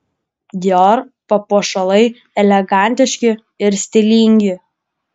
dior papuošalai elegantiški ir stilingi